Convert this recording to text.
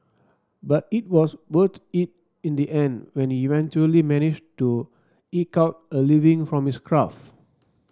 but it was worth it in the end when he eventually managed to eke out a living from his craft